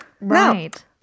Right